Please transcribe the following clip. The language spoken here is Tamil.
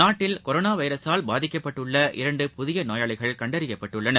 நாட்டில் கொரோனா வைரஸால் பாதிக்கப்பட்டுள்ள இரண்டு புதிய நோயாவிகள் கண்டறியப்பட்டுள்ளனர்